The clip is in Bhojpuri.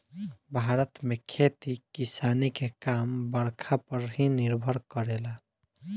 भारत में खेती किसानी के काम बरखा पर ही निर्भर करेला